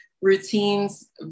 routines